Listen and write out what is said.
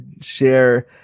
share